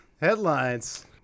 Headlines